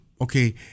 okay